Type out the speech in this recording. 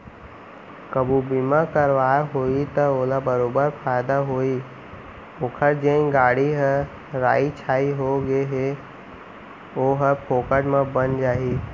कभू बीमा करवाए होही त ओला बरोबर फायदा होही ओकर जेन गाड़ी ह राइ छाई हो गए हे ओहर फोकट म बन जाही